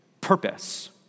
purpose